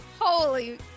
Holy